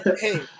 hey